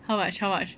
how much how much